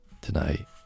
Tonight